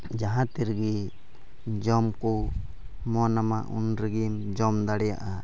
ᱡᱟᱦᱟᱸ ᱛᱤ ᱨᱮᱜᱮ ᱡᱚᱢ ᱠᱚ ᱢᱚᱱ ᱟᱢᱟ ᱩᱱ ᱨᱮᱜᱮᱢ ᱡᱚᱢ ᱫᱟᱲᱮᱭᱟᱜᱼᱟ